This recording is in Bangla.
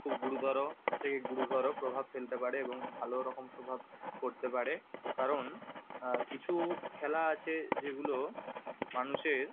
খুব গুরুতর থেকে গুরুতর প্রভাব ফেলতে পারে এবং ভালো রকম প্রভাব পড়তে পারে কারণ কিছু খেলা আছে যেগুলো মানুষের